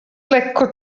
lekko